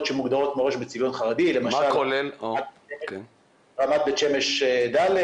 שמוגדרות מראש בצביון חרדי למשל רמת בית שמש ד'